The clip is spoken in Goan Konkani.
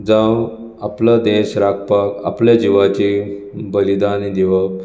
जावं आपलो देश राखपाक आपल्या जिवाची बलिदान दिवप